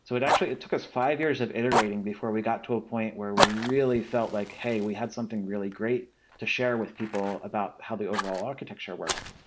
so actually, it took us five years of iterating before we got to a point where we really felt like, hey, we had something really great to share with people about how the overall architecture worked.